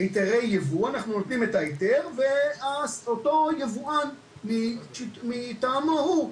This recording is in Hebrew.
נותנים את ההיתר ואותו היבואן מטעמו הוא,